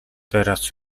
teraz